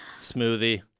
smoothie